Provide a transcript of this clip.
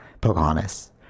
pocahontas